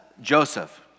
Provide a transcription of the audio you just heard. Joseph